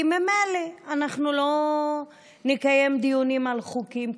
כי ממילא אנחנו לא נקיים דיונים על חוקים,